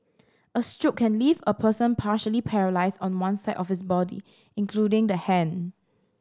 a stroke can leave a person partially paralysed on one side of his body including the hand